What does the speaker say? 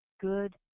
good